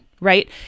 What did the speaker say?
right